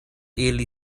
ili